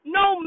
no